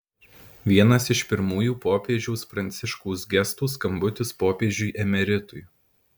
vienas iš pirmųjų popiežiaus pranciškaus gestų skambutis popiežiui emeritui